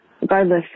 regardless